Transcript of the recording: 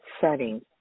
setting